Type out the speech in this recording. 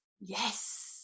Yes